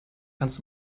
kannst